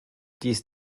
dies